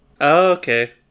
Okay